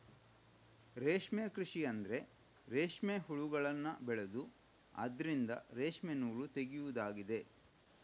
ರೇಷ್ಮೆ ಕೃಷಿ ಅಂದ್ರೆ ರೇಷ್ಮೆ ಹುಳಗಳನ್ನ ಬೆಳೆದು ಅದ್ರಿಂದ ರೇಷ್ಮೆ ನೂಲು ತೆಗೆಯುದಾಗಿದೆ